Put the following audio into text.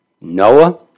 Noah